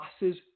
losses